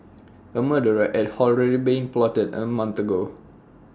A murder red at been plotted A month ago